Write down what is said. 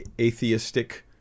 atheistic